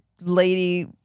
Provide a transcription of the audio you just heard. lady